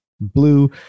blue